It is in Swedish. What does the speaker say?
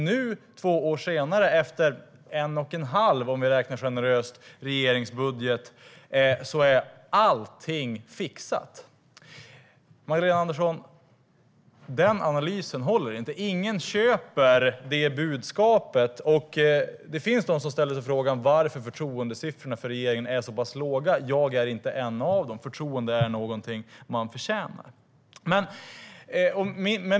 Nu, två år senare, efter en och en halv - om vi räknar generöst - regeringsbudget är allt fixat. Den analysen, Magdalena Andersson, håller inte. Ingen köper det budskapet. Det finns de som ställer sig frågan varför förtroendesiffrorna för regeringen är så pass låga. Jag är inte en av dem. Förtroende är någonting man förtjänar.